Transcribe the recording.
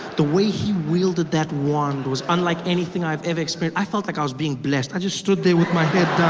the way he wielded that wand was unlike anything i have ever experienced. i felt like i was being blessed, i just stood there with my head